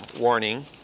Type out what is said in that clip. warning